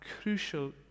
crucial